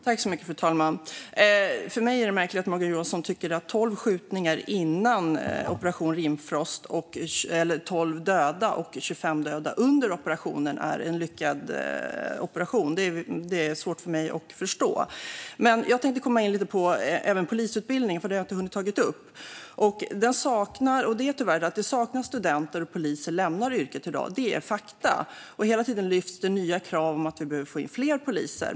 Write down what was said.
Fru talman! För mig är det märkligt att Morgan Johansson tycker att 12 döda före Operation Rimfrost och 25 döda under operationen är en lyckad operation. Det är svårt för mig att förstå. Jag tänkte komma in lite även på polisutbildningen, eftersom jag inte har hunnit ta upp den. Det saknas tyvärr studenter, och poliser lämnar yrket i dag. Det är fakta. Hela tiden lyfts det fram nya krav på att vi behöver få in fler poliser.